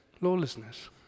lawlessness